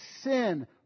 sin